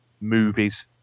movies